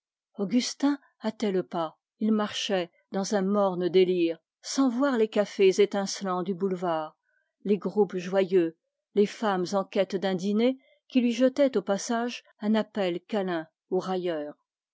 hâtait le pas il marchait dans un morne délire sans voir les cafés étincelants les groupes joyeux les femmes en quête d'un dîner qui lui jetaient au passage un regard câlin ou railleur